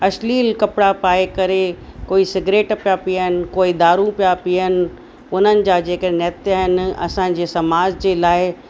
अश्लील कपिड़ा पाए करे कोई सिग्रेट पिया पीअनि कोई दारू पिया पीअनि उन्हनि जा जेके नृत्य आहिनि असांजे समाज जे लाइ